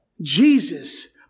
Jesus